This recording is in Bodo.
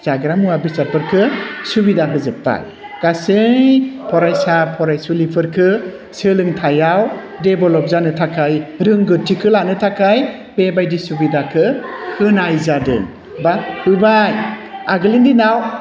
जाग्रा मुवा बेसादफोरखौ सुबिदा होजोब्बाय गासै फरायसा फरायसुलिफोरखौ सोलोंथाइयाव डेभेलप जानो थाखाय रोंगोथिखौ लानो थाखाय बेबादि सुबिदाखौ होनाय जादों बा होबाय आगोलनि दिनाव